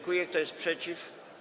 Kto jest przeciw?